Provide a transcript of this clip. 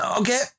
Okay